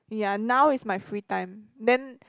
ya now is my free time then